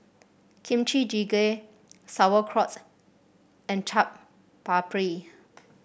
Kimchi Jjigae Sauerkraut and Chaat Papri